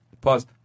pause